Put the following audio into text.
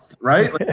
right